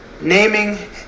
naming